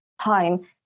time